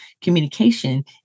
communication